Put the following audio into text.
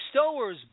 Stowers